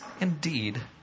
indeed